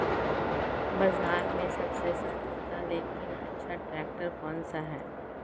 बाज़ार में सबसे सस्ता लेकिन अच्छा ट्रैक्टर कौनसा है?